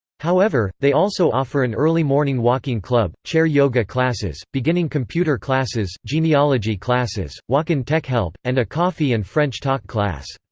however, they also offer an early morning walking club, chair yoga classes, beginning computer classes, genealogy classes, walk-in tech help, and a coffee and french talk class.